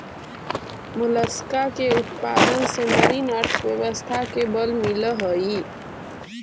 Mollusca के उत्पादन से मरीन अर्थव्यवस्था के बल मिलऽ हई